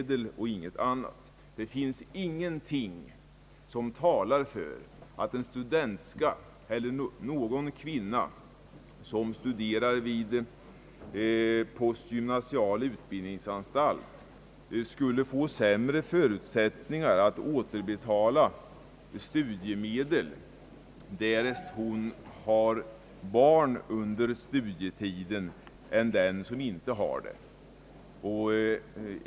Det finns ingenting som talar för att en studentska eller någon annan kvinna som studerar vid postgymnasial utbildningsanstalt skall få sämre förutsättningar att återbetala studiemedel därest hon har ett eget barn under studietiden.